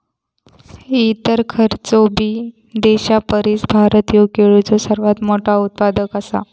इतर खयचोबी देशापरिस भारत ह्यो केळीचो सर्वात मोठा उत्पादक आसा